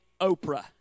Oprah